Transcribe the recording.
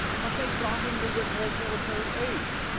but they got him to withhold military aid.